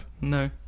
no